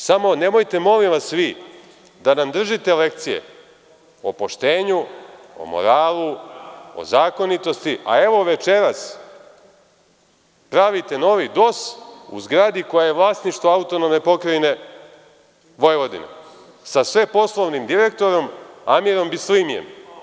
Samo nemojte molim vas vi da nam držite lekcije o poštenju, o moralu, o zakonitosti, a evo večeras pravite novi DOS u zgradi koja je vlasništvo AP Vojvodine sa sve poslovnim direktorom Amirom Bislimijem.